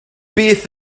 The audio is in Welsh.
beth